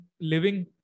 living